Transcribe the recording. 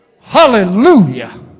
Hallelujah